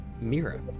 Mira